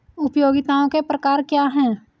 उपयोगिताओं के प्रकार क्या हैं?